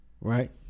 right